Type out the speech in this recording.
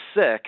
sick